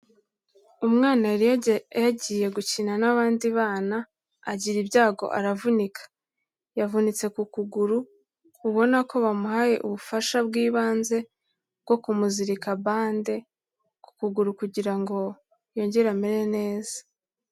Umwana yari yagiye gukina n'abandi bana, agira ibyago aravunika. Yavunitse ku kuguru ubona ko bamuhaye ubufasha bw'ibanze bwo kumuzirika bande ku kuguru kugira ngo yongere amere neza.